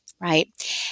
right